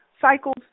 cycles